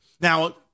Now